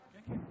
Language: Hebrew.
בבקשה, אדוני.